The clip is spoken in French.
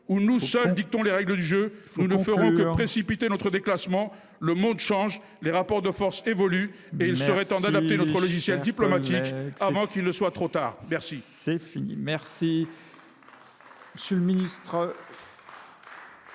où nous seuls dictons les règles du jeu, nous ne ferons que précipiter notre déclassement. Le monde change, les rapports de force évoluent et il serait temps d’adapter notre logiciel diplomatique avant qu’il ne soit trop tard. La